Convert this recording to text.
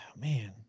man